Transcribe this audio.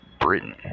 Britain